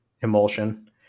emulsion